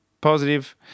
Positive